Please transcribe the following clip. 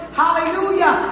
hallelujah